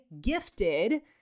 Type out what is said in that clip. gifted